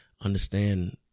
understand